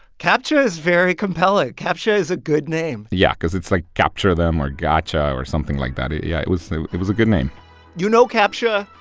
captcha is very compelling. captcha is a good name yeah, because it's like capture them or gotcha or something like that. yeah, it was it was a good name you know captcha.